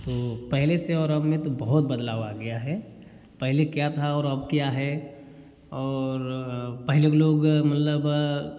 तो पहले से और अब में तो बहुत बदलाव आ गया है पहले क्या था और अब क्या है और पहले के लोग मतलब